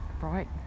right